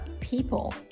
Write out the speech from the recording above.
people